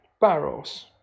barrels